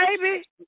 baby